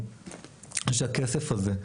הכסף הזה,